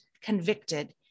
convicted